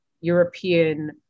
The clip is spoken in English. European